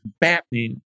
Batman